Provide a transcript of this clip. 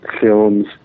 films